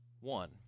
One